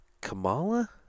Kamala